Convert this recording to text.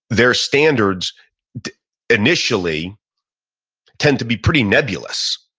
their standards initially tend to be pretty nebulous.